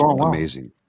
amazing